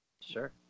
Sure